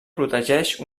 protegeix